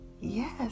Yes